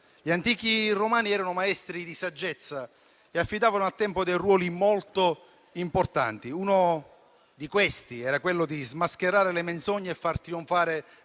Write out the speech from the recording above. gli antichi romani erano maestri di saggezza e affidavano al tempo dei ruoli molto importanti, uno dei quali era quello di smascherare le menzogne e far trionfare